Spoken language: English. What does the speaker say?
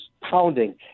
pounding